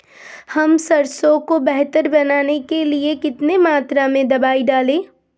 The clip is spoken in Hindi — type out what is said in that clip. हम सरसों को बेहतर बनाने के लिए कितनी मात्रा में दवाई डालें?